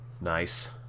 Nice